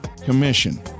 Commission